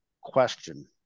question